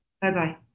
Bye-bye